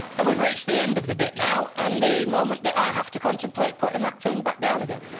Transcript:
and we've reached the end of the bit now and the moment that i have to contemplate putting that thing back down again